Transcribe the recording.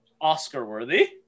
Oscar-worthy